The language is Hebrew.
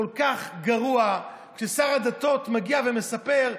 כל כך גרוע כששר הדתות מגיע ומספר: